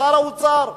שר האוצר אומר: